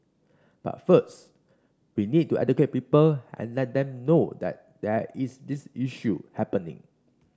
but first we need to educate people and let them know that there is this issue happening